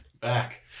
back